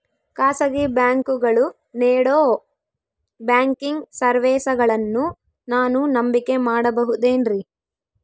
ಖಾಸಗಿ ಬ್ಯಾಂಕುಗಳು ನೇಡೋ ಬ್ಯಾಂಕಿಗ್ ಸರ್ವೇಸಗಳನ್ನು ನಾನು ನಂಬಿಕೆ ಮಾಡಬಹುದೇನ್ರಿ?